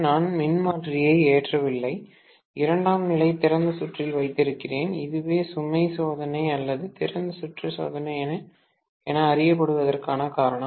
நான் மின்மாற்றியை ஏற்றவில்லை இரண்டாம் நிலை திறந்த சுற்றில் வைத்திருக்கிறேன்இதுவே சுமை சோதனை அல்லது திறந்த சுற்று சோதனை என அறியப்படுவதற்கான காரணம்